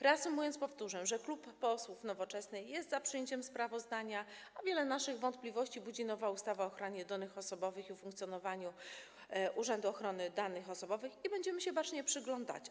Reasumując, powtórzę, że Klub Poselski Nowoczesna jest za przyjęciem sprawozdania, ale wiele naszych wątpliwości budzi nowa ustawa o ochronie danych osobowych i o funkcjonowaniu Urzędu Ochrony Danych Osobowych i będziemy się temu bacznie przyglądać.